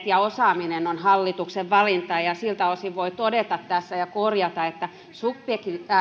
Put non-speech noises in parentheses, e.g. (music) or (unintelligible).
(unintelligible) ja osaaminen ovat hallituksen valinta ja siltä osin voi todeta tässä ja korjata että